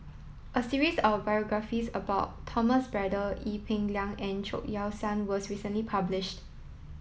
a series of biographies about Thomas Braddell Ee Peng Liang and Chao Yoke San was recently published